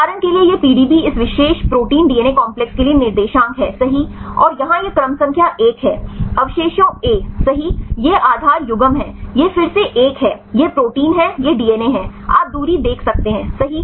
उदाहरण के लिए यह PDB इस विशेष प्रोटीन डीएनए कॉम्प्लेक्स के लिए निर्देशांक है सही और यहाँ यह क्रम संख्या 1 है अवशेषों a सही यह आधार युग्म है यह फिर से एक है यह प्रोटीन है यह डीएनए है आप दूरी देख सकते हैं सही